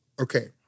Okay